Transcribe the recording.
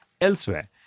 elsewhere